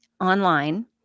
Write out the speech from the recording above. online